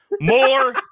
More